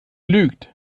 lügt